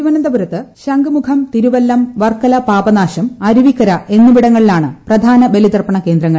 തിരുവനന്തപുരത്ത് ശംഖുമുഖം തിരുപ്പല്ലം വർക്കല പാപനാശം അരുവിക്കര എന്നിവിടങ്ങളാണ് പ്രധാന പബ്ലിതർപ്പണ കേന്ദ്രങ്ങൾ